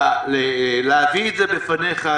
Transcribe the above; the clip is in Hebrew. להביא את זה בפניך,